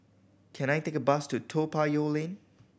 can I take a bus to Toa Payoh Lane